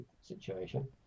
situation